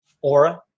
Aura